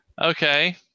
Okay